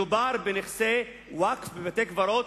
מדובר בנכסי ווקף ובתי-קברות